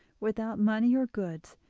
without money or goods,